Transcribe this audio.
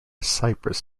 cyprus